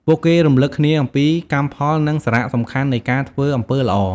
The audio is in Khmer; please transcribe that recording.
ពួកគេរំឭកគ្នាអំពីកម្មផល និងសារៈសំខាន់នៃការធ្វើអំពើល្អ។